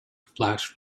flash